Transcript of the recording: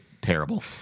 terrible